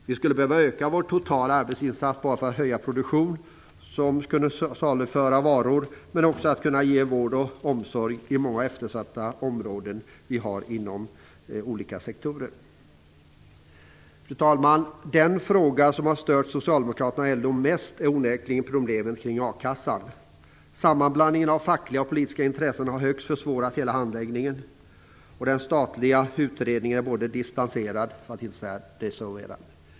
Vi skulle behöva öka vår totala arbetsinsats både för att höja produktion och kunna saluföra varor, men också för att kunna ge vård och omsorg i många eftersatta områden inom olika sektorer. Fru talman! Den fråga som har stört Socialdemokraterna och LO mest är onekligen problemen kring a-kassan. Sammanblandningen av fackliga och politiska intressen har försvårat hela handläggningen. Den statliga utredningen är distanserad, för att inte säga desavouerad.